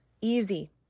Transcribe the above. easy